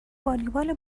والیبال